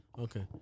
Okay